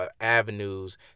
avenues